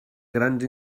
grans